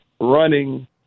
running